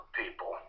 people